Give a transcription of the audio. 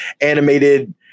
animated